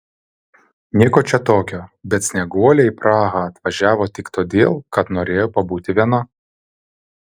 nieko čia tokio bet snieguolė į prahą atvažiavo tik todėl kad norėjo pabūti viena